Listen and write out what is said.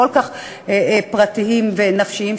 הכל-כך פרטיים ונפשיים,